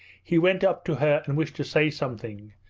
he went up to her and wished to say something,